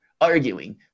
arguing